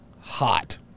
hot